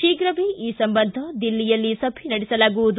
ಶೀಘವೇ ಈ ಸಂಬಂಧ ದಿಲ್ಲಿಯಲ್ಲಿ ಸಭೆ ನಡೆಸಲಾಗುವುದು